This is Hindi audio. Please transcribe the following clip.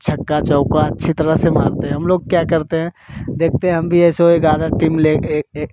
छक्का चौका अच्छी तरह से मारते हैं हम लोग क्या करते हैं देखते हैं हम भी ऐसे हुए ग्यारह टीम लेकर